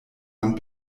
man